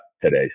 today